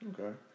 Okay